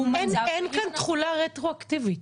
מצב --- אין כאן תחולה רטרואקטיבית,